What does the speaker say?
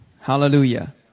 Hallelujah